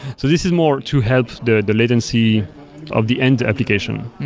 so this is more to help the the latency of the end application.